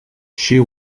she